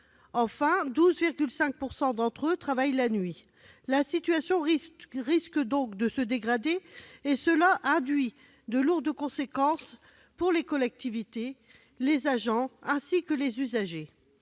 Enfin, 12,5 % d'entre eux travaillent la nuit. La situation risque donc de se dégrader, ce qui induit de lourdes conséquences pour les collectivités, les agents, ainsi que les usagers.